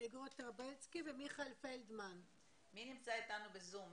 לנציגת פעילים שגם מייצגת את האנשים ובקשר עם התושבים,